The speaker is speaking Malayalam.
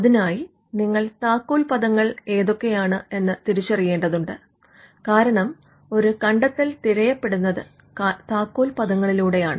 അതിനായി നിങ്ങൾ താക്കോൽ പദങ്ങൾ ഏതൊക്കയാണ് എന്ന് തിരിച്ചറിയേണ്ടതുണ്ട് കാരണം ഒരു കണ്ടെത്തൽ തിരയപ്പെടുന്നത് താക്കോൽ പദങ്ങളിലൂടെയാണ്